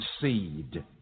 seed